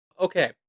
Okay